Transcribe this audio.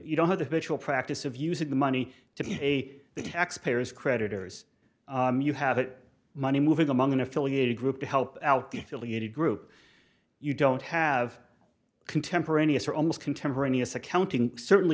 you don't have the visual practice of using the money to pay the tax payers creditors you have that money moving among an affiliated group to help out the affiliated group you don't have contemporaneous or almost contemporaneous accounting certainly